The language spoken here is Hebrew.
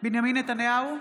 בנימין נתניהו,